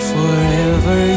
Forever